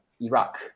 iraq